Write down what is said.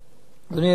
אדוני היושב-ראש,